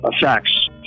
effects